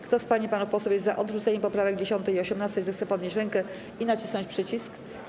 Kto z pań i panów posłów jest za odrzuceniem poprawek 10. i 18., zechce podnieść rękę i nacisnąć przycisk.